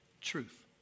truth